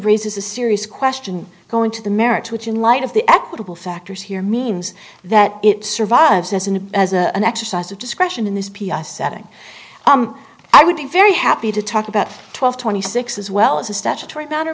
raises a serious question going to the merits which in light of the equitable factors here means that it survives as an as a an exercise of discretion in this p r setting i would be very happy to talk about twelve twenty six as well as a statutory matter